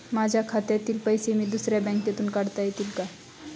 माझ्या खात्यातील पैसे मी दुसऱ्या बँकेतून काढता येतील का?